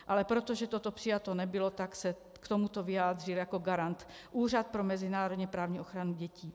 Ale protože toto přijato nebylo, tak se k tomuto vyjádřil jako garant Úřad pro mezinárodněprávní ochranu dětí.